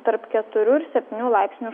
tarp keturių ir septynių laipsnių